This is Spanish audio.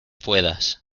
puedas